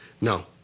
No